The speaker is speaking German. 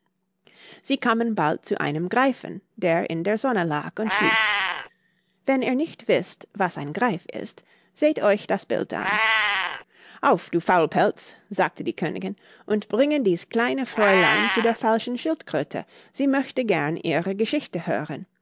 sie kamen bald zu einem greifen der in der sonne lag und schlief wenn ihr nicht wißt was ein greif ist seht euch das bild an auf du faulpelz sagte die königin und bringe dies kleine fräulein zu der falschen schildkröte sie möchte gern ihre geschichte hören